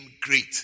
great